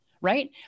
right